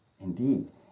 Indeed